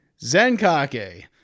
Zenkake